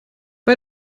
bei